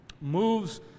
moves